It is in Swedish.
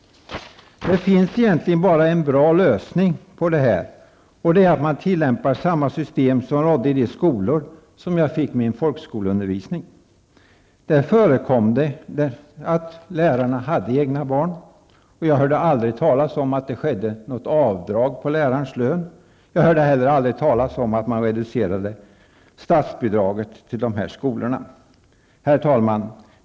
Det finns egentligen bara en bra lösning på det här. Det är att man tillämpar samma system som rådde i de skolor där jag fick min folkskoleundervisning. Där förekom det att lärarna hade egna barn. Jag hörde aldrig talas om att det skedde något avdrag på lärarens lön. Jag hörde heller aldrig talas om att man reducerade statsbidraget till de här skolorna. Herr talman!